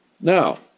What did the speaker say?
Now